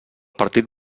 partit